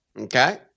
Okay